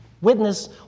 witness